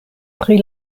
pri